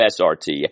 SRT